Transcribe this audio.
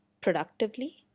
productively